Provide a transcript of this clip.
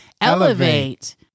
elevate